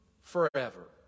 forever